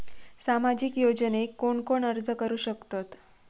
सामाजिक योजनेक कोण कोण अर्ज करू शकतत?